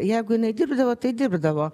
jeigu jinai dirbdavo tai dirbdavo